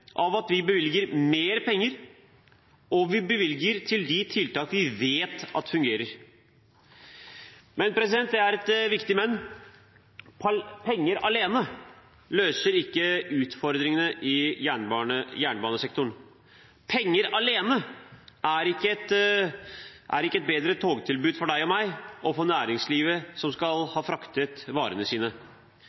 av at vi bevilger mer penger, og vi bevilger til de tiltak vi vet fungerer. Men det er et viktig men: Penger alene løser ikke utfordringene i jernbanesektoren. Penger alene skaper ikke et bedre togtilbud for deg og meg eller for næringslivet som skal ha fraktet varene sine.